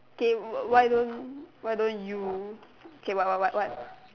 okay why don't why don't you k what what what what